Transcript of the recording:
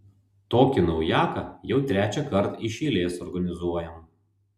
tokį naujaką jau trečiąkart iš eilės organizuojam